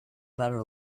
better